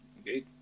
Okay